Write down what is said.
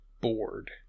bored